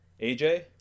aj